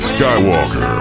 Skywalker